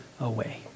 away